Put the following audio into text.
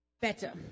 better